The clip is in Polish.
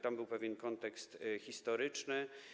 Tam był pewien kontekst historyczny.